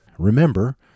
remember